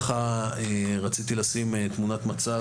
רציתי לשים תמונת מצב,